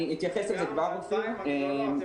אני אתייחס לזה כבר, אופיר.